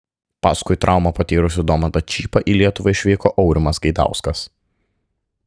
paskui traumą patyrusį domantą čypą į lietuvą išvyko aurimas gaidauskas